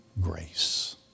grace